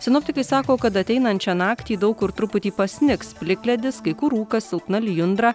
sinoptikai sako kad ateinančią naktį daug kur truputį pasnigs plikledis kai kur rūkas silpna lijundra